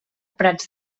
prats